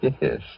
Yes